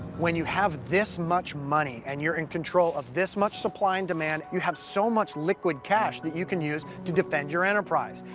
when you have this much money, and you're in control of this much supply-and-demand, you have so much liquid cash that you can use to defend your enterprise.